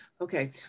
okay